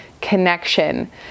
connection